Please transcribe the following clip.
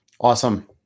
Awesome